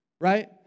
right